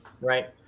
Right